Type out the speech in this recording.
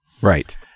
Right